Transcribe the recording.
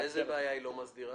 איזו בעיה היא לא מסדירה?